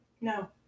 No